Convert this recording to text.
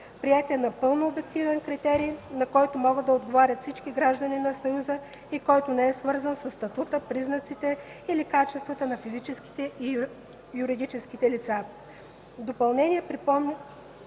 Приет е напълно обективен критерий, на който могат да отговорят всички граждани на Съюза и който не е свързан със статута, признаците или качествата на физическите и юридическите лица.